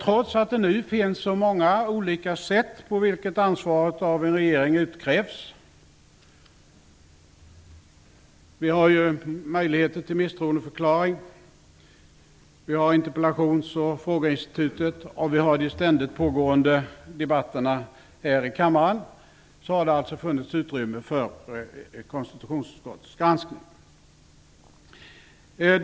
Trots att det nu finns många olika sätt att utkräva ansvar av en regering -- vi har möjligheter till misstroendeförklaring, vi har interpellations och frågeinstitutet och vi har de ständigt pågående debatterna här i kammaren -- har det funnits utrymme för konstitutionsutskottets granskning.